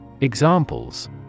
Examples